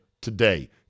today